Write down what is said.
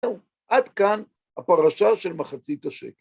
זהו, עד כאן הפרשה של מחצית השקל.